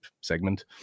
segment